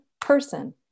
person